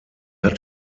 hat